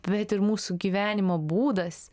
bet ir mūsų gyvenimo būdas